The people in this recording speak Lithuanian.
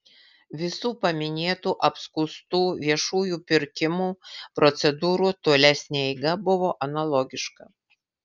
visų paminėtų apskųstų viešųjų pirkimų procedūrų tolesnė eiga buvo analogiška